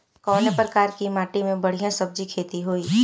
कवने प्रकार की माटी में बढ़िया सब्जी खेती हुई?